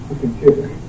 computer